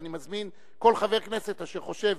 ואני מזמין כל חבר כנסת אשר חושב